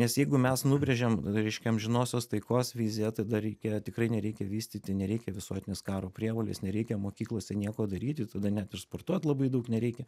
nes jeigu mes nubrėžiam reiškia amžinosios taikos viziją tada reikia tikrai nereikia vystyti nereikia visuotinės karo prievolės nereikia mokyklose nieko daryt ir tada net ir sportuot labai daug nereikia